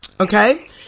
Okay